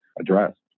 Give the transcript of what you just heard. addressed